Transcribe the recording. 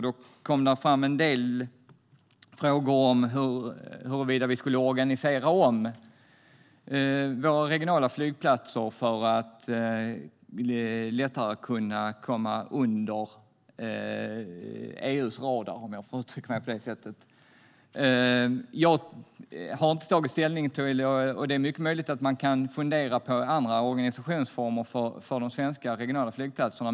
Då kom det fram en del frågor om huruvida vi skulle organisera om våra regionala flygplatser för att lättare kunna komma under EU:s radar, om jag får uttrycka mig så. Jag har inte tagit ställning, och det är mycket möjligt att man kan fundera på andra organisationsformer för de svenska regionala flygplatserna.